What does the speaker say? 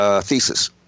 thesis